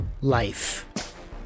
life